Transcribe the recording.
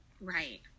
right